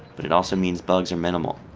but it also means bugs are minimal.